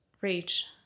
reach